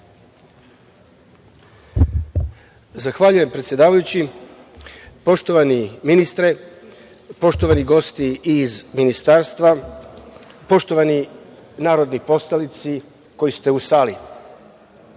Zahvaljujem predsedavajući. Poštovani ministre, poštovani gosti iz Ministarstva, poštovani narodni poslanici koji ste u sali,